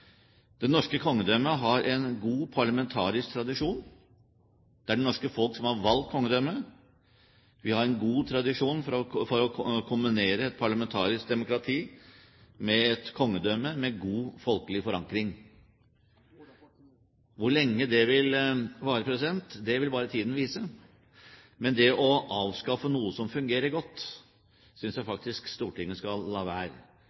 norske kongedømmet har en god parlamentarisk tradisjon. Det er det norske folk som har valgt kongedømmet. Vi har en god tradisjon for å kombinere et parlamentarisk demokrati med et kongedømme med god, folkelig forankring. Hvor lenge det vil vare, vil bare tiden vise. Men det å avskaffe noe som fungerer godt, synes jeg faktisk Stortinget skal la være.